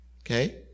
okay